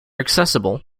accessible